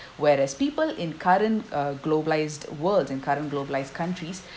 whereas people in current uh globalised world and current globalised countries